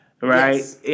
Right